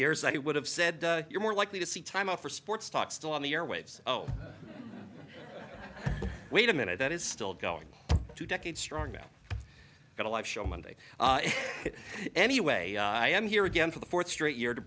years i would have said you're more likely to see time off for sports talk still on the airwaves oh wait a minute that is still going to decade strong now at a live show monday any away i am here again for the fourth straight year to